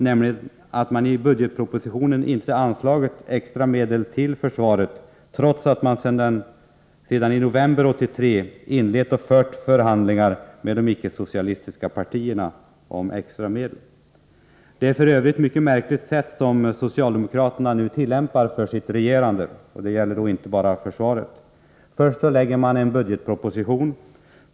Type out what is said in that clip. Regeringen har nämligen i budgetpropositionen inte anslagit extra medel till försvaret, trots att man redan i november 1983 inledde förhandlingar med de icke-socialistiska partierna om extra medel. Det är f. ö. ett mycket märkligt sätt att regera som socialdemokraterna nu tillämpar — och det gäller inte bara försvaret. Först lägger regeringen fram en budgetproposition.